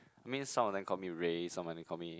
mean some of them call me Ray some of them call me